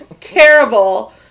Terrible